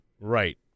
Right